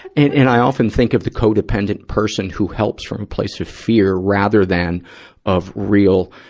and and i often think of the co-dependent person who helps from a place of fear, rather than of real,